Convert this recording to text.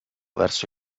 verso